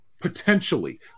potentially